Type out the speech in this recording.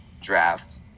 draft